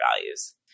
values